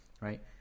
right